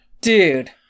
Dude